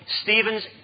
Stephen's